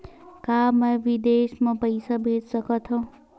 का मैं विदेश म पईसा भेज सकत हव?